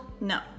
no